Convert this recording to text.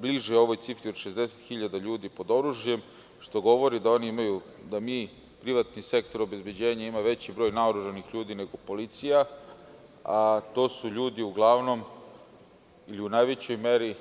Bliže je ovoj cifri od 60.000 ljudi pod oružjem, što govori da, privatni sektor obezbeđenja ima veći broj naoružanih ljudi nego policija, a to su ljudi uglavnom i u najvećoj meri